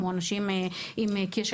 כמו אנשים עם כשל חיסוני.